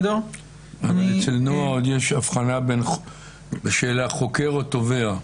אצל נוער יש הבחנה בין חוקר לתובע.